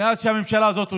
מאז שהממשלה הזאת הושבעה,